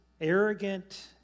arrogant